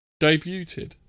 debuted